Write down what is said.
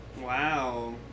Wow